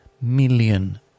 million